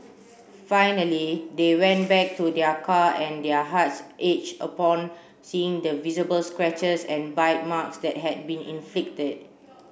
finally they went back to their car and their hearts ached upon seeing the visible scratches and bite marks that had been inflicted